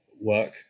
work